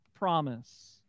Promise